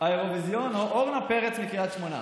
האירוויזיון או אורנה פרץ מקרית שמונה?